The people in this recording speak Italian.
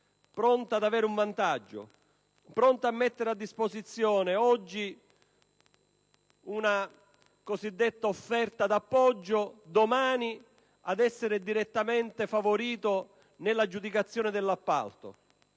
pronta ad avere un vantaggio, pronta a mettere a disposizione, oggi, una cosiddetta offerta d'appoggio e, domani, ad essere direttamente favorita nell'aggiudicazione dell'appalto,